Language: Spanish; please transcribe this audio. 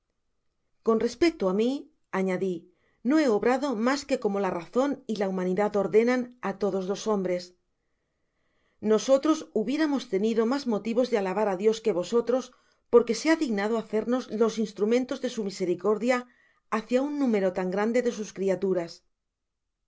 con respecto ámi añadi no he obrado mas que como la razon y la humanidad ordenan á todos los hombres nosotros hubiéramos tenido mas motivos de alabar á dios que vosotros porque se ha dignado hacernos los instrumentos de su misericordia hácia un número tan grande de sus criaturas